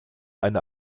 eine